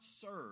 serve